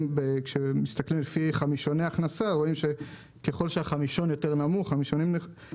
כשמסתכלים לפי חמישוני הכנסה רואים שככל שהחמישון נמוך